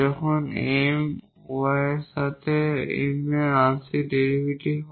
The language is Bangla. যখন M এর y এর সাথে M এর আংশিক ডেরিভেটিভ হয়